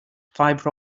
five